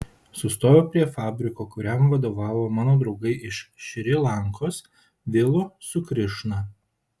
sustojau prie fabriko kuriam vadovavo mano draugai iš šri lankos vilu su krišna